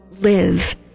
live